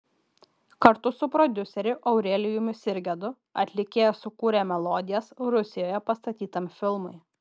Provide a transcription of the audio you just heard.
kartu su prodiuseriu aurelijumi sirgedu atlikėja sukūrė melodijas rusijoje pastatytam filmui